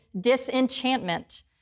disenchantment